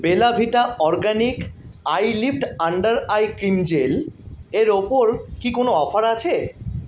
বেলা Vita organic eye lift under eye cream gel এর ওপর কি কোনো অফার আছে